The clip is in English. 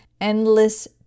endless